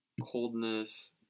coldness